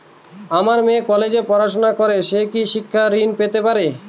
আমার মেয়ে কলেজে পড়াশোনা করে সে কি শিক্ষা ঋণ পেতে পারে?